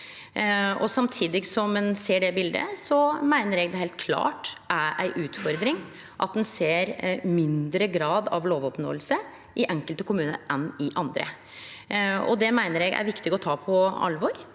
Samtidig som ein ser det bildet, meiner eg det heilt klart er ei utfordring at ein ser mindre grad av lovoppnåing i enkelte kommunar enn i andre. Det meiner eg er viktig å ta på alvor